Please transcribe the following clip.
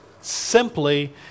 simply